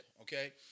okay